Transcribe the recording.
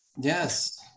Yes